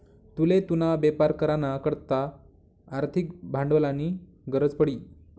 तुले तुना बेपार करा ना करता आर्थिक भांडवलनी गरज पडी